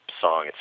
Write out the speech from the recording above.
song